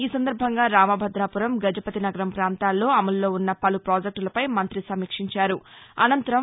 ఈ సందర్బంగా రామభదపురం గజపతినగరం పాంతాల్లో అమలులో వున్న పలు పాజెక్టుల పై మంతి సమీక్షించారు అనంతరం